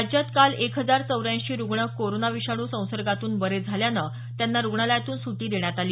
राज्यात काल एक हजार चौऱ्यांशी रुग्ण कोरोना विषाणू संसर्गातून बरे झाल्यानं त्यांना रुग्णालयांमधून सुटी देण्यात आली